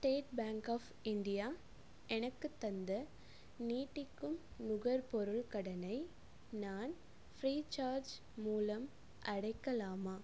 state Bank of India எனக்குத் தந்த நீட்டிக்கும் நுகர்பொருள் கடனை நான் ஃப்ரீ சார்ஜ் மூலம் அடைக்கலாமா